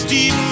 Deep